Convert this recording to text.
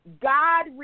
God